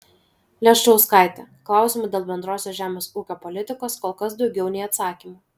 leščauskaitė klausimų dėl bendrosios žemės ūkio politikos kol kas daugiau nei atsakymų